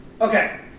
Okay